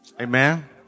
Amen